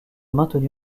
maintenu